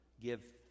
give